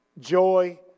joy